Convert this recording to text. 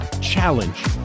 challenge